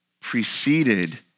preceded